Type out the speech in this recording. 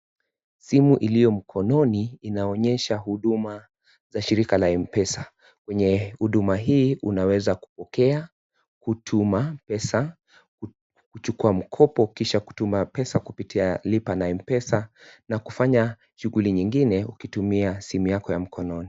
Simu iliyo mkononi inaonyesha huduma za shirika la Mpesa. Kwenye huduma hii unaweza kupokea kutuma pesa, kuchukua mkopo kisha kutuma pesa kupitia lipa na Mpesa na kufanya shughuli nyingine ukitumia simu yako ya mkononi.